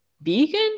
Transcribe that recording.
vegan